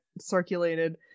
circulated